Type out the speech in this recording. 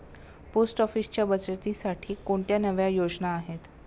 Post ऑफिसच्या बचतीसाठी कोणत्या नव्या योजना आहेत?